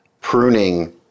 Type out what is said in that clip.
pruning